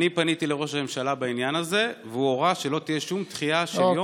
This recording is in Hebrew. אני פניתי לראש הממשלה בעניין הזה והוא הורה שלא תהיה שום דחייה של יום,